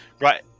Right